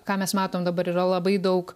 ką mes matom dabar yra labai daug